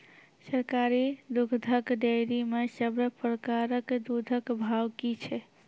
सरकारी दुग्धक डेयरी मे सब प्रकारक दूधक भाव की छै?